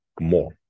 more